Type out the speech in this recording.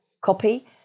copy